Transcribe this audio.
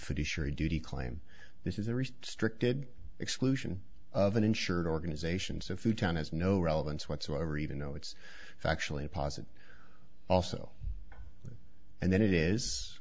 fiduciary duty claim this is a restricted exclusion of an insured organizations a futon has no relevance whatsoever even though it's actually a positive also and then it is